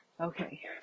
Okay